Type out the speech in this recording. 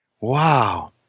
Wow